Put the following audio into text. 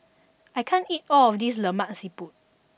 I can't eat all of this Lemak Siput